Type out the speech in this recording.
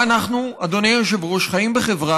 ואנחנו, אדוני היושב-ראש, חיים בחברה